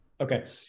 Okay